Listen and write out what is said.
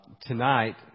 tonight